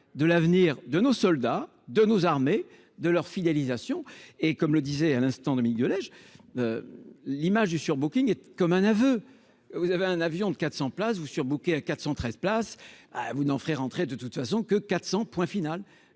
de l'avenir de nos soldats de nos armées de leur fidélisation et comme le disait à l'instant Dominique Delage. L'image du surbooking. Comme un aveu. Vous avez un avion de 400 places ou surbooké à 413 places. Ah vous n'en ferait rentrer de toute façon que 400 point final